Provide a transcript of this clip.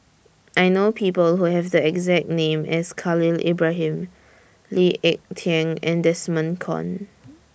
I know People Who Have The exact name as Khalil Ibrahim Lee Ek Tieng and Desmond Kon